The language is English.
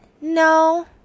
no